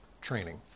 training